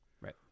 right